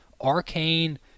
arcane